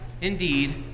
Indeed